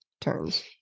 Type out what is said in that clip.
turns